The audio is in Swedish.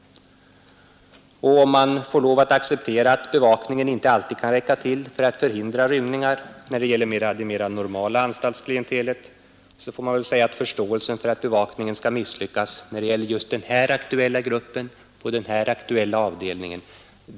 Om man får lov att acceptera att bevakningen inte alltid kan räcka till för att förhindra rymningar när det gäller det mer normala anstaltsklientelet, så får man väl säga att förståelsen blir bra liten för att bevakningen skall misslyckas när det gäller just den här aktuella gruppen på den här aktuella avdelningen.